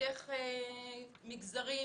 חותך מגזרים.